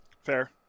Fair